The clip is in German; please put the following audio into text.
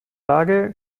lage